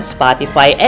Spotify